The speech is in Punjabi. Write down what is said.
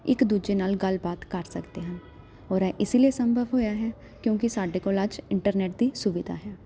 ਇੱਕ ਦੂਜੇ ਨਾਲ ਗੱਲਬਾਤ ਕਰ ਸਕਦੇ ਹਾਂ ਔਰ ਇਹ ਇਸ ਲਈ ਸੰਭਵ ਹੋਇਆ ਹੈ ਕਿਉਂਕਿ ਸਾਡੇ ਕੋਲ ਅੱਜ ਇੰਟਰਨੈਟ ਦੀ ਸੁਵਿਧਾ ਹੈ